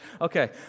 Okay